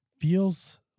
feels